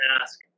ask